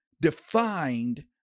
defined